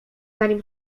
zanim